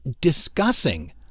discussing